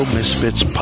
Misfits